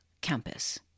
campus